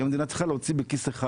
ואם המדינה צריכה להוציא בכיס אחד,